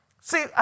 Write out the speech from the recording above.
See